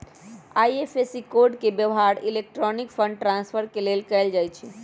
IFSC code के व्यव्हार electronic fund transfer के लेल कएल जाइ छइ